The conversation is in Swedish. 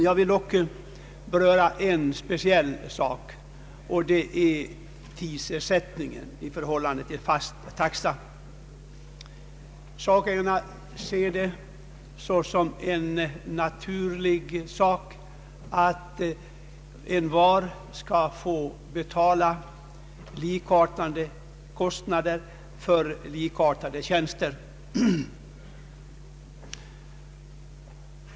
En speciell fråga vill jag dock beröra, och det är tidsersättning i förhållande till fast taxa. Det är en naturlig sak att envar skall få betala likartade kostnader för likartade tjänster.